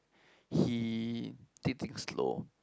he did things slow